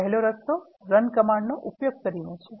પહેલો રસ્તો run command નો ઉપયોગ કરી ને છે